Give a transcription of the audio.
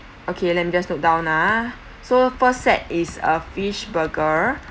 okay let me just note down ha so first set is a fish burger